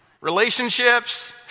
Relationships